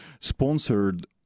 sponsored